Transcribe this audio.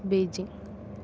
Beijing